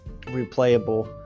replayable